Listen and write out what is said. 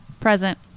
Present